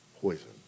poison